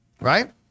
Right